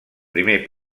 primer